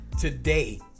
today